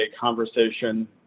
conversation